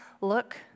look